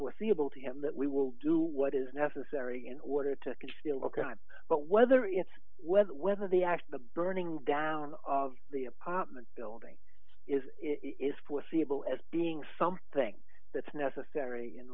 foreseeable to him that we will do what is necessary in order to feel ok but whether it's with whether the act the burning down of the apartment building is if foreseeable as being something that's necessary